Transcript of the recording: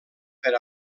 per